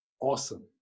awesome